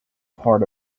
part